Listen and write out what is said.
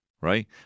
right